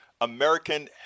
American